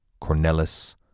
Cornelis